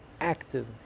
active